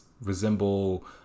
resemble